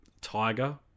tiger